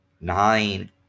nine